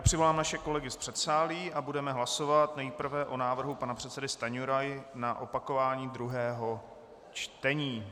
Přivolám naše kolegy z předsálí a budeme hlasovat nejprve o návrhu pana předsedy Stanjury na opakování druhého čtení.